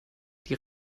die